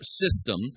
system